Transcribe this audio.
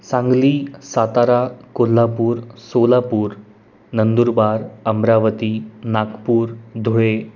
Sangli Satara Kolhapur Solapur Nandurbar Amravati Nagpur Dhule